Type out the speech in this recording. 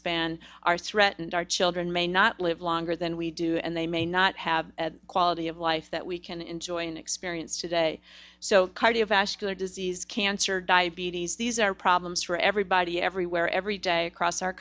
lifespan are threatened our children may not live longer than we do and they may not have the quality of life that we can enjoy and experience today so cardiovascular disease cancer diabetes these are problems for everybody everywhere every day across our